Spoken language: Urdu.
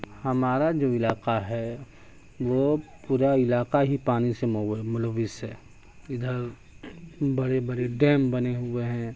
ہمارا جو علاقہ ہے وہ پورا علاقہ ہی پانی سے ملوث ہے ادھر بڑے بڑے ڈیم بنے ہوئے ہیں